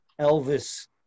Elvis